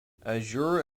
azure